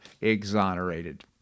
exonerated